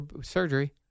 surgery